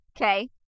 okay